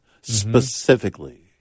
specifically